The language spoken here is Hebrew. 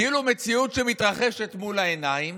כאילו מציאות שמתרחשת מול העיניים